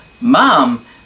mom